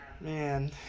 Man